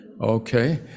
Okay